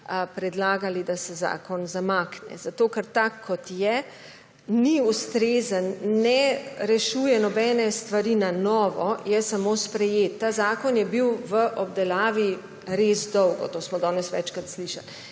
predlagali, da se zakon zamakne, ker tak, kot je, ni ustrezen, ne rešuje nobene stvari na novo, je samo sprejet. Ta zakon je bil v obdelavi res dolgo, to smo danes večkrat slišali.